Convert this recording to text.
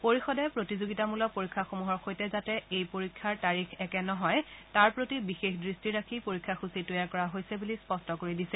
পৰিষদে প্ৰতিযোগিতামূলক পৰীক্ষাসমূহৰ সৈতে যাতে এই পৰীক্ষাৰ তাৰিখ একে নহয় তাৰ প্ৰতি বিশেষ দৃষ্টি ৰাখি পৰীক্ষাসূচী তৈয়াৰ কৰা হৈছে বুলি স্পষ্ট কৰি দিছে